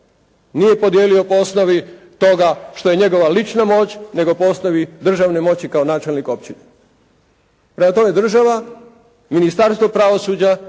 Nije podijelio po osnovi toga što je njegova lična moć nego po osnovi državne moći kao načelnik općine. Prema tome država, Ministarstvo pravosuđa,